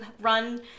run